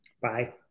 Bye